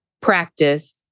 practice